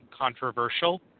controversial